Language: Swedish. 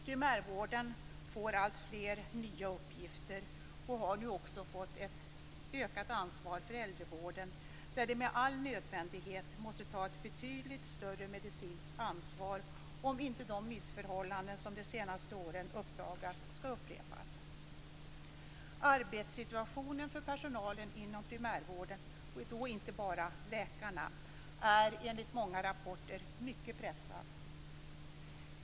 Primärvården får alltfler nya uppgifter och har nu också fått ett ökat ansvar för äldrevården, där de med all nödvändighet måste ta ett betydligt större medicinskt ansvar om inte de missförhållanden som de senaste åren uppdagats skall upprepas. Arbetssituationen för personalen inom primärvården, och då inte bara läkarna, är enligt många rapporter mycket pressad.